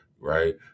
right